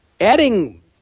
Adding